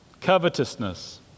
covetousness